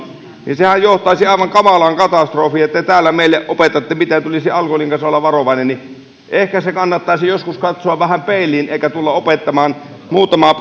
niin sehän johtaisi aivan kamalaan katastrofiin ja te täällä meille opetatte miten tulisi alkoholin kanssa olla varovainen ehkä kannattaisi joskus katsoa vähän peiliin eikä tulla opettamaan muutamaa